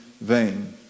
vain